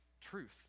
truth